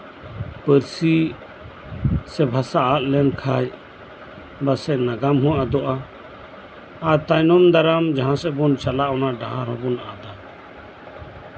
ᱯᱟᱹᱨᱥᱤ ᱥᱮ ᱵᱷᱟᱥᱟ ᱟᱫ ᱞᱮᱱᱠᱷᱟᱡ ᱯᱟᱥᱮᱡ ᱱᱟᱜᱟᱢ ᱦᱚᱸ ᱟᱫᱚᱼᱟ ᱛᱟᱭᱚᱢ ᱫᱟᱨᱟᱢ ᱡᱟᱸᱦᱟᱥᱮᱜ ᱵᱚᱱ ᱪᱟᱞᱟᱜᱼᱟ ᱚᱱᱟ ᱰᱟᱦᱟᱨ ᱦᱚᱸᱵᱚᱱ ᱟᱫᱟ